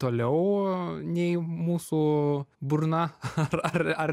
toliau nei mūsų burna ar